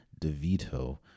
DeVito